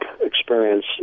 experience